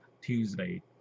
Tuesday